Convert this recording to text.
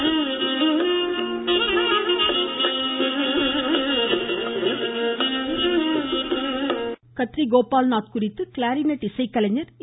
music Kadri Gopalnath குறித்து clarinet இசைக் கலைஞர் ஏ